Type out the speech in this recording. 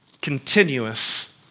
Continuous